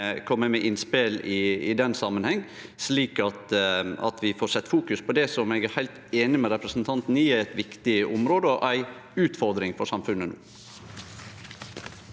kome med innspel i den samanhengen, slik at vi får sett fokus på det som eg er heilt einig med representanten i er eit viktig område og ei utfordring for samfunnet no.